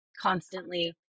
constantly